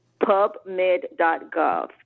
pubmed.gov